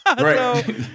Right